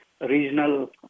regional